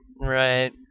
Right